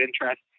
interest